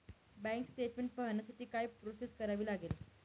Bank statement पाहण्यासाठी काय process करावी लागेल?